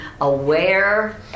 aware